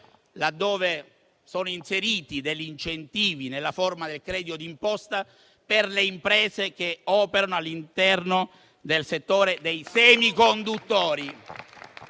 laddove sono inseriti incentivi nella forma del credito d'imposta per le imprese che operano all'interno del settore dei semiconduttori